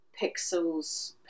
pixels